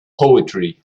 poetry